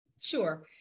Sure